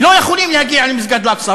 לא יכולים להגיע למסגד אל-אקצא.